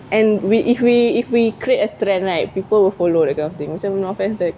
and we if we if we create a trend right people will follow that kind of thing macam no offence like